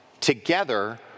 together